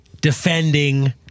defending